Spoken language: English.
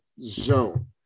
zone